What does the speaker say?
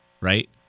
right